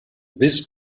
this